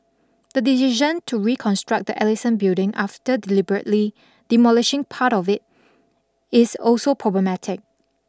the decision to reconstruct the Ellison building after deliberately demolishing part of it is also problematic